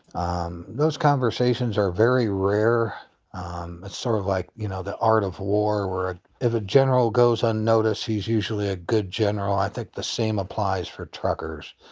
um those conversations are very rare. it's sort of like, you know, the art of war or if a general goes unnoticed, he's usually a good general. i think the same applies for truckers.